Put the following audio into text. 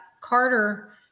carter